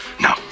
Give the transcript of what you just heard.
No